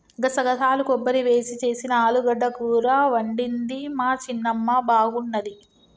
గసగసాలు కొబ్బరి వేసి చేసిన ఆలుగడ్డ కూర వండింది మా చిన్నమ్మ బాగున్నది